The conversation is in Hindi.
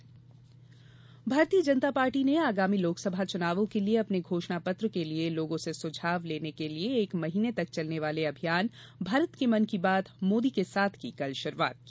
भाजपा अभियान भारतीय जनता पार्टी ने आगामी लोकसभा चुनावों के लिए अपने घोषणा पत्र के लिए लोगों से सुझाव लेने के लिए एक महीने तक चलने वाले अभियान भारत के मन की बात मोदी के साथ की कल शुरूआत की